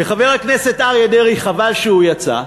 וחבר הכנסת אריה דרעי, חבל שהוא יצא,